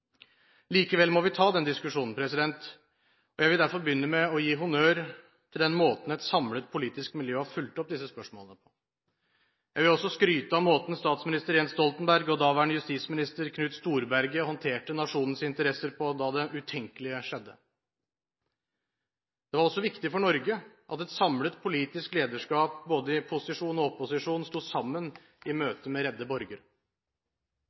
Likevel må vi ta den diskusjonen, og jeg vil derfor begynne med å gi honnør til den måten et samlet politisk miljø har fulgt opp disse spørsmålene på. Jeg vil også skryte av måten statsminister Jens Stoltenberg og daværende justisminister Knut Storberget håndterte nasjonens interesser på da det utenkelige skjedde. Det var også viktig for Norge at et samlet politisk lederskap både i posisjon og i opposisjon sto sammen i møtet med redde